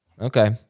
Okay